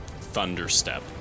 Thunderstep